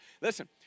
listen